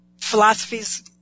philosophies